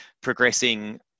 progressing